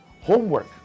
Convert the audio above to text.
homework